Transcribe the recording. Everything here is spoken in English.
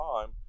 time